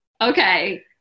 okay